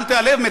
אל תיעלב,